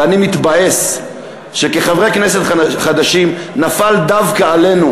ואני מתבאס שכחברי כנסת חדשים נפל דווקא עלינו